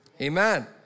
Amen